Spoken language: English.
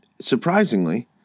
Surprisingly